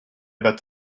about